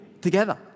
together